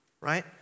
Right